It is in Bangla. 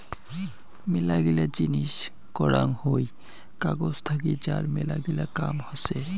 মেলাগিলা জিনিস করাং হই কাগজ থাকি যার মেলাগিলা কাম হসে